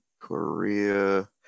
korea